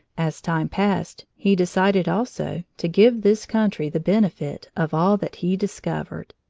as time passed, he decided, also, to give this country the benefit of all that he discovered.